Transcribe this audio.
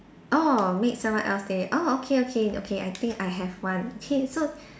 orh make someone else day orh okay okay okay I think I have one okay so